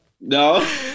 no